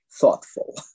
thoughtful